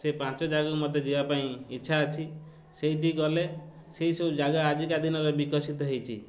ସେ ପାଞ୍ଚ ଜାଗାକୁ ମୋତେ ଯିବା ପାଇଁ ଇଚ୍ଛା ଅଛି ସେଇଠି ଗଲେ ସେହି ସବୁ ଜାଗା ଆଜିକା ଦିନରେ ବିକଶିତ ହେଇଛି